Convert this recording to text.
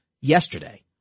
yesterday